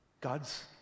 God's